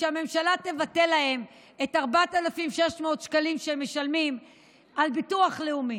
ושהממשלה תבטל להם את ה-4,600 שקלים שהם משלמים על ביטוח לאומי.